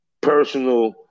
personal